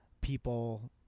people